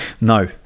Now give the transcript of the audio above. No